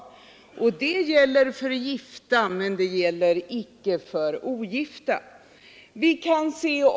Sådana avdragsmöjligheter gäller för gifta men inte för ogifta.